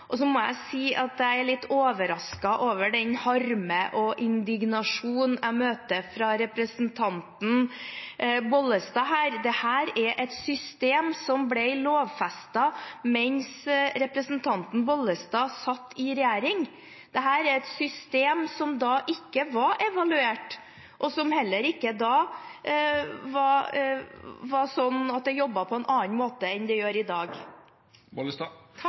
Så må jeg si at jeg er litt overrasket over den harme og indignasjon jeg møter fra representanten Bollestad her. Dette er et system som ble lovfestet mens representanten Bollestad satt i regjering. Dette er et system som da ikke var evaluert, og som heller ikke da jobbet på en annen måte enn det gjør i dag.